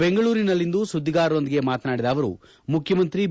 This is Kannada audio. ಬೆಂಗಳೂರಿನಲ್ಲಿಂದು ಸುದ್ದಿಗಾರರೊಂದಿಗೆ ಮಾತನಾಡಿದ ಅವರು ಮುಖ್ಯಮಂತ್ರಿ ಬಿ